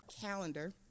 calendar